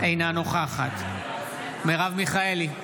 אינה נוכחת מרב מיכאלי,